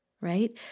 right